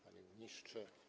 Panie Ministrze!